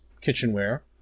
kitchenware